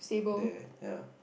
there ya